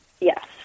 Yes